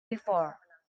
before